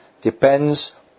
depends